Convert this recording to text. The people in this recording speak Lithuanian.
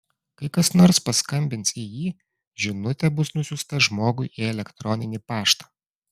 kai kas nors paskambins į jį žinutė bus nusiųsta žmogui į elektroninį paštą